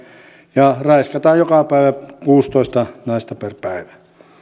ja raiskataan joka päivä kuusitoista naista